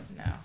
No